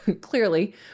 clearly